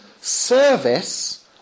service